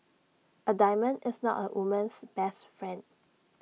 A diamond is not A woman's best friend